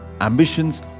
ambitions